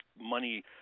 money